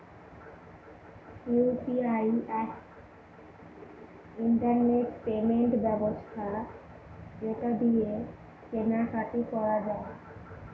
UPI এক internet payment ব্যবস্থা যেটা দিয়ে কেনা কাটি করা যায়